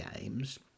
games